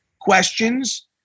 questions